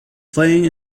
playing